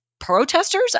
Protesters